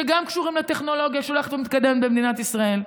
שגם קשורים לטכנולוגיה ההולכת ומתקדמת במדינת ישראל.